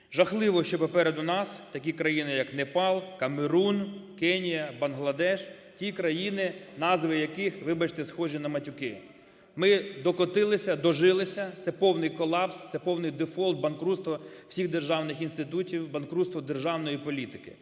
Жахливо, що попереду нас такі країни як Непал, Камерун, Кенія, Бангладеш – ті країни, назви яких, вибачте, схожі на матюки. Ми докотилися, дожилися, це повний колапс, це повний дефолт, банкрутство всіх державних інститутів, банкрутство державної політики.